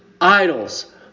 idols